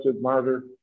martyr